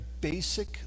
basic